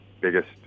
biggest